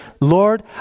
Lord